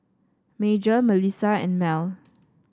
Major Melissa and Mell